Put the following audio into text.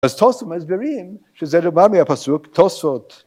‫אז תוספות מסבירים, ‫שזה לא בא מהפסוק, תוספות